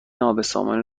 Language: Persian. نابسامانی